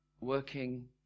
working